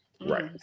Right